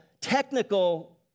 technical